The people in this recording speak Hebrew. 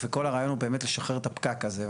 וכל הרעיון הוא באמת לשחרר את הפקק הזה.